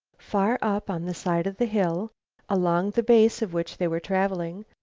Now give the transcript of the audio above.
far up on the side of the hill along the base of which they were traveling,